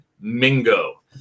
Mingo